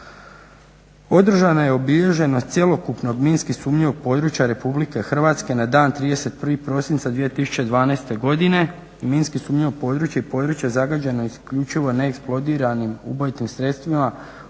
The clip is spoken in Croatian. Održana je obilježenost cjelokupnog minski sumnjivog područja RH na dan 31.prosinca 2012.godine minski sumnjivo područje i područje zagađeno isključivo neeksplodiranim ubojitim sredstvima obilježeno